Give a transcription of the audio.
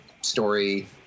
story